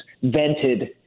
vented